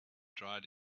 dried